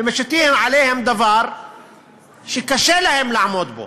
ומשיתים עליהם דבר שקשה להם לעמוד בו.